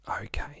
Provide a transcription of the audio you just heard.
Okay